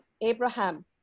Abraham